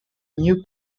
new